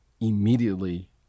immediately